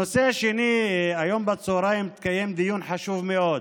הנושא השני, היום בצוהריים התקיים דיון חשוב מאוד